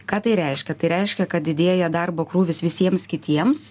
ką tai reiškia tai reiškia kad didėja darbo krūvis visiems kitiems